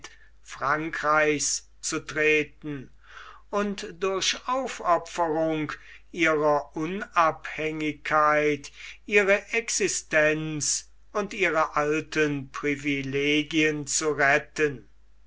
frankreichs zu treten und durch aufopferung ihrer unabhängigkeit ihre existenz und ihre alten privilegien zu retten